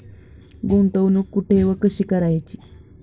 गुंतवणूक कुठे व कशी करायची?